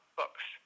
books